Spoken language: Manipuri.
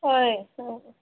ꯍꯣꯏ ꯎꯝ